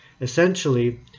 essentially